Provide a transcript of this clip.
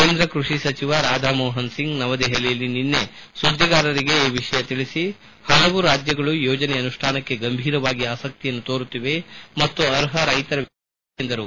ಕೇಂದ್ರ ಕೃಷಿ ಸಚಿವ ರಾಧಾ ಮೋಹನ್ ಸಿಂಗ್ ನವದೆಹಲಿಯಲ್ಲಿ ನಿನ್ನೆ ಸುದ್ದಿಗಾರರಿಗೆ ಈ ವಿಷಯ ತಿಳಿಸಿ ಹಲವು ರಾಜ್ಯಗಳು ಯೋಜನೆ ಅನುಷ್ಠಾನಕ್ಕೆ ಗಂಭೀರವಾಗಿ ಆಸಕ್ತಿಯನ್ನು ತೋರುತ್ತಿವೆ ಮತ್ತು ಅರ್ಹ ರೈತರ ವಿವರಗಳನ್ನು ಒದಗಿಸುತ್ತಿವೆ ಎಂದರು